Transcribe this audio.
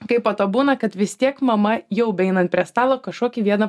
kai po to būna kad vis tiek mama jau beeinant prie stalo kažkokį vieną